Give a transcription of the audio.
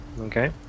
Okay